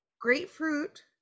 grapefruit